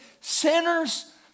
sinners